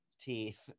teeth